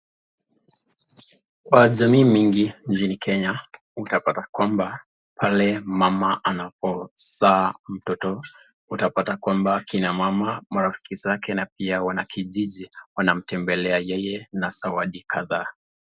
Kwa jamii mingi nchini Kenya, utapata kwamba pale mama anapozaa mtoto utapata kwamba kina mama, marafiki zake na pia wanakijiji wanamtembelea yeye na zawadi kadhaa.